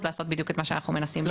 לעשות בדיוק את מה שאנחנו מנסים למנוע.